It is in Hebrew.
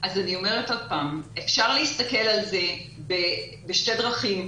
אני אומרת שוב שאפשר להסתכל על זה בשתי דרכים,